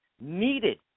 needed